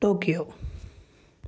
Tokyo